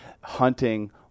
hunting